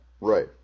Right